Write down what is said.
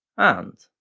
and,